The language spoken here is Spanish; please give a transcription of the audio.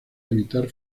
evitar